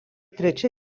trečia